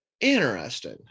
Interesting